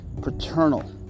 paternal